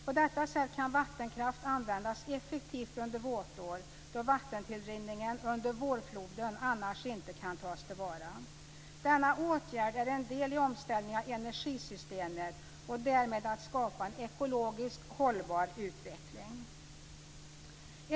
På detta sätt kan vattenkraft användas effektivt under våtår, då vattentillrinningen under vårfloden annars inte kan tas till vara. Denna åtgärd är en del i omställningen av energisystemet och därmed i skapandet av en ekologiskt hållbar utveckling.